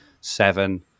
seven